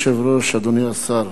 אדוני היושב-ראש, אדוני השר,